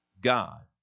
God